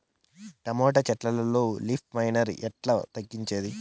Tomato చెట్లల్లో leaf miner ఎట్లా తగ్గించేది?